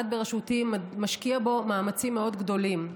בראשותי משקיע בו מאמצים מאוד גדולים.